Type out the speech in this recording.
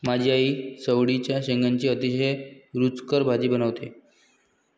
माझी आई चवळीच्या शेंगांची अतिशय रुचकर भाजी बनवते